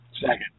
Second